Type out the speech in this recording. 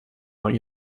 out